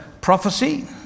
prophecy